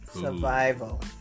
Survival